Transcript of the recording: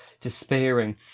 despairing